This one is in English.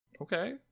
okay